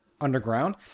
underground